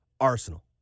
Arsenal